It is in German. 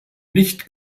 nicht